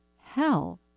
hell